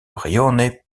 rione